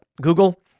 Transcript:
Google